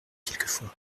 quelquefois